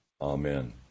Amen